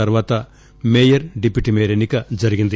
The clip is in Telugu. తర్వాత మేయర్ డిప్యూటీ మేయర్ ఎన్ని క జరిగింది